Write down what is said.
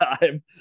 time